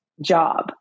job